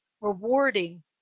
rewarding